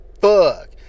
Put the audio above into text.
Fuck